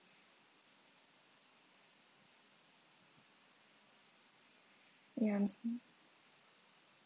ya I'm so